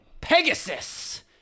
Pegasus